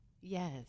Yes